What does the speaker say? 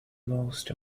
most